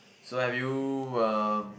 so have you um